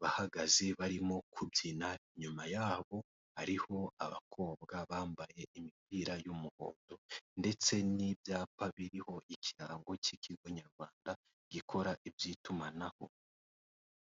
bahagaze barimo kubyina, inyuma yabo hariho abakobwa bambaye imipira y'umuhondo. Ndetse n'ibyapa biriho ikirango cy'ikigo nyarwanda gikora iby'itumanaho.